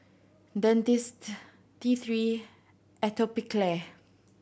Dentiste T Three Atopiclair